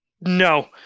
no